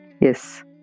Yes